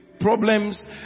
problems